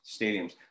stadiums